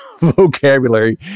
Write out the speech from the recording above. vocabulary